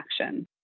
action